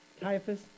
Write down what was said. Caiaphas